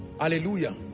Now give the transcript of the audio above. Hallelujah